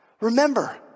Remember